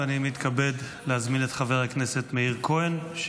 אני מתכבד להזמין את חבר הכנסת מאיר כהן.